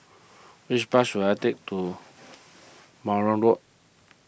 which bus should I take to Road